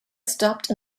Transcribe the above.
stopped